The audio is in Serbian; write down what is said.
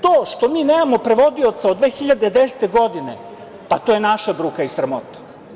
To što mi nemamo prevodioca od 2010. godine, pa to je naša bruka i sramota.